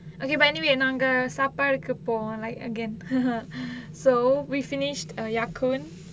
okay but anyway நாங்க சாப்பாட்டுக்கு போவம்:naanga saappaattukku povam like again so we finish err ya kun